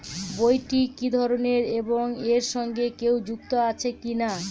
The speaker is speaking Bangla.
বইটি কি ধরনের এবং এর সঙ্গে কেউ যুক্ত আছে কিনা?